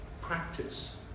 practice